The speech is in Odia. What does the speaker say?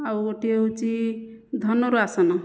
ଆଉ ଗୋଟିଏ ହେଉଛି ଧନୁରାସନ